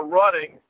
running